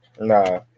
Nah